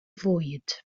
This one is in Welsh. fwyd